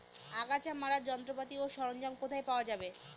আগাছা মারার যন্ত্রপাতি ও সরঞ্জাম কোথায় পাওয়া যাবে?